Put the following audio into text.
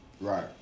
Right